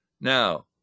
Now